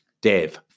Dave